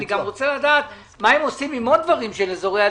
אני גם רוצה לדעת מה הם עושים עם עוד דברים של אזורי עדיפות,